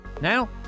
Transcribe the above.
Now